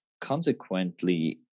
consequently